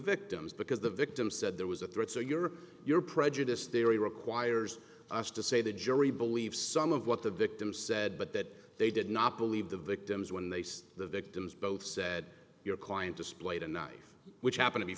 victims because the victim said there was a threat so your your prejudice theory requires us to say the jury believes some of what the victim said but that they did not believe the victims when they saw the victims both said your client displayed a knife which happen to be